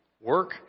Work